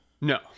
No